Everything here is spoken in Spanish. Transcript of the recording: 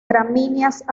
gramíneas